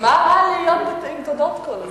רע להיות עם תודות כל הזמן?